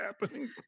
happening